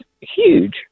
huge